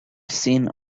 seen